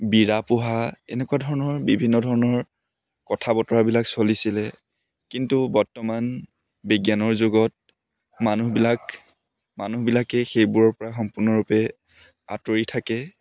বিৰা পোহা এনেকুৱা ধৰণৰ বিভিন্ন ধৰণৰ কথা বতৰাবিলাক চলিছিলে কিন্তু বৰ্তমান বিজ্ঞানৰ যুগত মানুহবিলাক মানুহবিলাকেই সেইবোৰৰ পৰা সম্পূৰ্ণৰূপে আঁতৰি থাকে